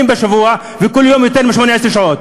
וכל יום יותר מ-18 שעות.